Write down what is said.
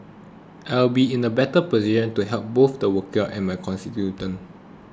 I will be in a better position to help both the workers and my constituents